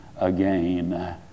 again